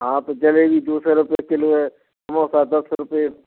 हाँ तो जलेबी दो सौ रुपये किलो है समोसा दो सौ रुपये